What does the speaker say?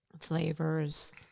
flavors